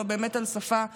או באמת על שפה טכנית.